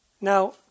Now